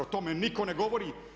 O tome nitko ne govori.